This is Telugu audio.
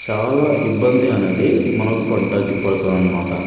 చాలా ఇబ్బంది అనేది మనకు పంటకి పడుతుందన్నమాట